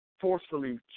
forcefully